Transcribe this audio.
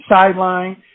sideline